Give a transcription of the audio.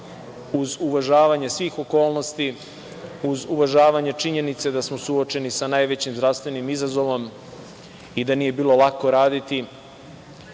uz uvažavanje svih okolnosti, uz uvažavanje činjenice da smo suočeni sa najvećim zdravstvenim izazovom i da nije bilo lako raditi,